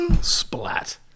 Splat